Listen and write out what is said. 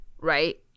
right